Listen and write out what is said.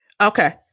Okay